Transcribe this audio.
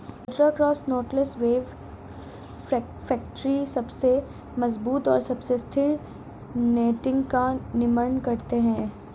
ultra cross knotless web factory सबसे मजबूत और सबसे स्थिर नेटिंग का निर्माण करती है